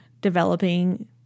developing